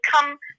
come